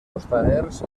costaners